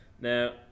Now